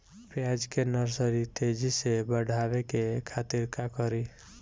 प्याज के नर्सरी तेजी से बढ़ावे के खातिर का करी?